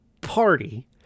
party